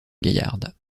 gaillarde